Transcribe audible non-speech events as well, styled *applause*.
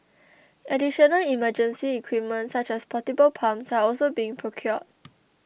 *noise* additional emergency equipment such as portable pumps are also being procured